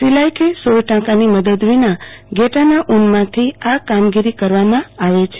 સિલાઈ કે સોય ટાંકાની મદદ વિના ઘેટાના ઉનમાંથી આ કામગીરી કરવામાં આવે છે